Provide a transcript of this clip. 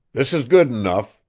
this is good enough,